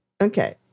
Okay